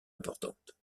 importante